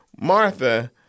Martha